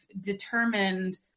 determined